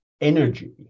energy